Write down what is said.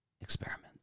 experiment